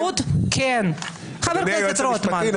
אדוני היועץ המשפטי,